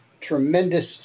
tremendous